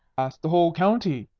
ask the whole county,